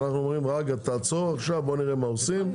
אנחנו אומרים: תעצור, ונראה מה עושים.